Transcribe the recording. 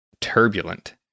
turbulent